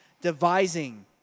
devising